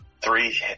three